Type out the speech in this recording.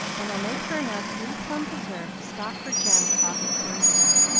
and i'll make her enough blue plum preserve to stock her jam closet for a year.